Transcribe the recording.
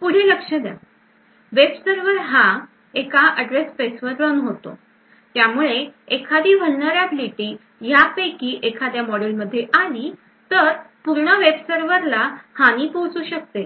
पुढे लक्ष द्या वेब सर्वर हा एका address space वर रन होतो त्यामुळे एखादी vulnerability यापैकी एखाद्या मॉड्यूल मध्ये आली तर पूर्ण वेब सर्वर ला हानी पोहोचू शकते